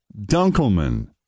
Dunkelman